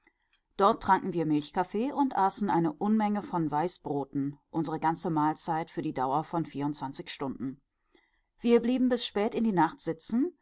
dort tranken wir milchkaffee und aßen eine unmenge von weißbroten unsere ganze mahlzeit für die dauer von vierundzwanzig stunden wir blieben bis spät in die nacht sitzen